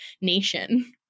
nation